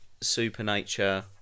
Supernature